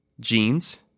Jeans